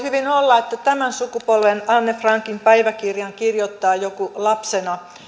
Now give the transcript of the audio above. hyvin olla että tämän sukupolven anne frankin päiväkirjan kirjoittaa joku lapsena